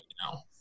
now